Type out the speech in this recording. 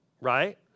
Right